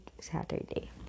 saturday